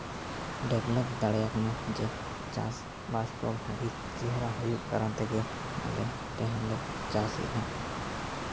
develop ᱫᱟᱲᱮᱭᱟᱠᱟᱱ ᱡᱮ ᱪᱟᱥᱵᱟᱥ ᱠᱚ ᱵᱷᱟᱹᱜᱤ ᱪᱮᱦᱨᱟ ᱦᱩᱭᱩᱜ ᱠᱟᱨᱚᱱ ᱛᱮᱜᱮ ᱯᱟᱞᱮ ᱛᱮᱦᱮᱧ ᱞᱮ ᱪᱟᱥᱮᱫᱼᱟ